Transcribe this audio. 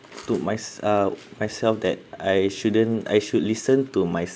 to mys~ uh myself that I shouldn't I should listen to myself